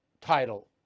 title